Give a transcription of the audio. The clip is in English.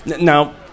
Now